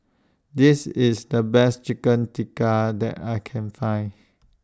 This IS The Best Chicken Tikka that I Can Find